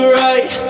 right